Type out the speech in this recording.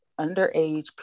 underage